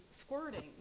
squirting